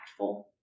Impactful